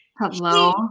Hello